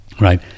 right